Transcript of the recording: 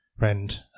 friend